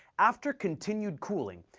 after continued cooling,